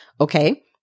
Okay